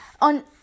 on